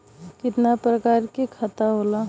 कितना प्रकार के खाता होला?